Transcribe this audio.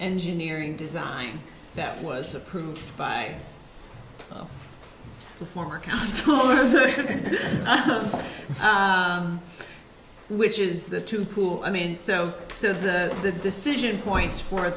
engineering design that was approved by the former county which is the two pool i mean so so the the decision points for